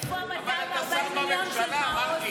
איפה ה-240 מיליון של מעוז?